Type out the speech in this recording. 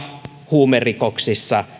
huumerikoksissa